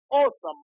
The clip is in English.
awesome